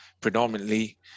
predominantly